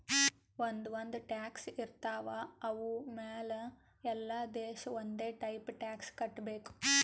ಒಂದ್ ಒಂದ್ ಟ್ಯಾಕ್ಸ್ ಇರ್ತಾವ್ ಅವು ಮ್ಯಾಲ ಎಲ್ಲಾ ದೇಶ ಒಂದೆ ಟೈಪ್ ಟ್ಯಾಕ್ಸ್ ಕಟ್ಟಬೇಕ್